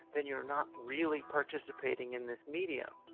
then you're not really participating in this media.